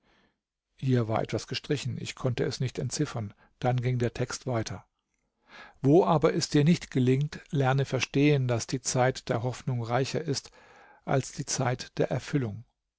hier war etwas gestrichen ich konnte es nicht entziffern dann ging der text weiter wo aber es dir nicht gelingt lerne verstehen daß die zeit der hoffnung reicher ist als die zeit der erfüllung